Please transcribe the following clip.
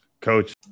coach